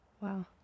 Wow